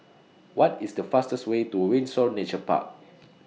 What IS The fastest Way to Windsor Nature Park